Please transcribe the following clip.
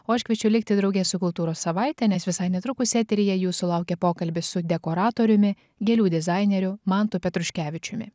o aš kviečiu likti drauge su kultūros savaite nes visai netrukus eteryje jūsų laukia pokalbis su dekoratoriumi gėlių dizaineriu mantu petruškevičiumi